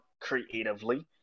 creatively